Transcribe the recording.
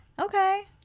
Okay